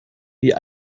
wie